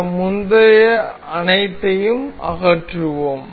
இந்த முந்தைய அனைத்தையும் அகற்றுவோம்